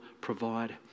provide